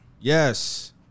yes